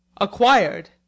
Acquired